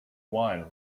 wine